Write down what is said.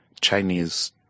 Chinese